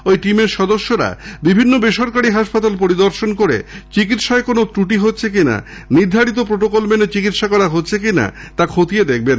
ওই টিমের সদস্যরা বিভিন্ন বেসরকারি হাসপাতাল পরিদর্শন করে চিকিৎসায় কোনও ক্রটি রয়েছে কিনা নির্ধারিত প্রটোকল মেনে চিকিৎসা হচ্ছে কিনা তা খতিয়ে দেখবেন